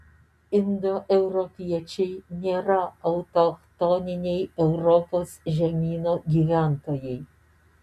indoeuropiečiai nėra autochtoniniai europos žemyno gyventojai